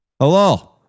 Hello